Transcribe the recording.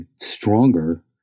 stronger